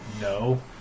No